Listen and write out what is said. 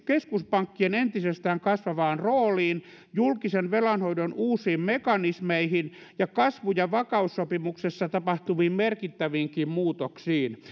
keskuspankkien entisestään kasvavaan rooliin julkisen velanhoidon uusiin mekanismeihin ja kasvu ja vakaussopimuksessa tapahtuviin merkittäviinkin muutoksiin